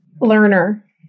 Learner